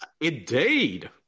Indeed